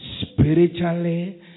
spiritually